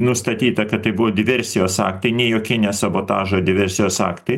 nustatyta kad tai buvo diversijos aktai ne jokie ne sabotažo diversijos aktai